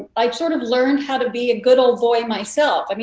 i sort of learned how to be a good ole boy myself. i mean